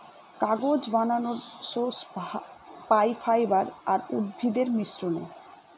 কাগজ বানানর সোর্স পাই ফাইবার আর উদ্ভিদের মিশ্রনে